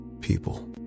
people